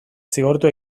zigortu